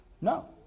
No